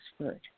expert